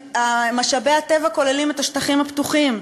משאבי הטבע כוללים את השטחים הפתוחים,